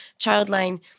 Childline